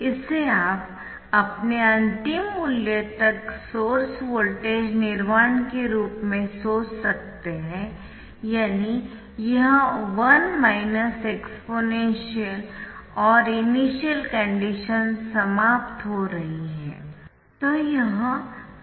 इसे आप अपने अंतिम मूल्य तक सोर्स वोल्टेज निर्माण के रूप में सोच सकते है यानी यह 1 माइनस एक्सपोनेंशियल और इनिशियल कंडीशन समाप्त हो रही है